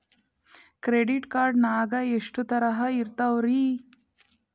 Credit card ನಾಗ ಎಷ್ಟು ತರಹ ಇರ್ತಾವ್ರಿ?